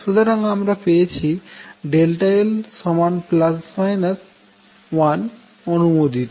সুতরাং আমরা পেয়েছি যে l 1অনুমোদিত